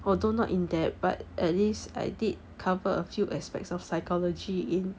although not in depth but at least I did cover a few aspects of psychology in